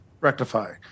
rectify